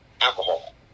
alcohol